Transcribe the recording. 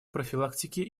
профилактике